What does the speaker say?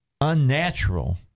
unnatural